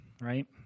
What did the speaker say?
right